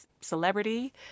celebrity